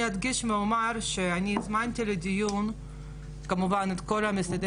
אני אדגיש ואומר שאני הזמנתי לדיון כמובן את כל משרדי